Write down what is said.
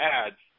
ads